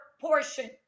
portion